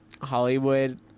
Hollywood